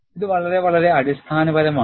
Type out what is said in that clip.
ഇത് വളരെ വളരെ അടിസ്ഥാനപരമാണ്